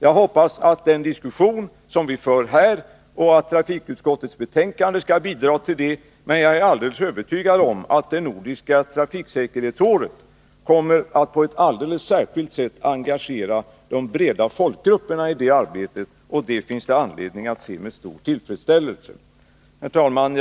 Jag hoppas att den diskussion som vi för här och trafikutskottets betänkande skall bidra till det. Men jag är helt övertygad om att det nordiska trafiksäkerhetsåret på ett alldeles särskilt sätt kommer att engagera de breda folkgrupperna i det arbetet, och det finns det anledning att se med stor tillfredsställelse. Herr talman!